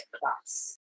class